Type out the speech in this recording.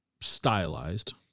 stylized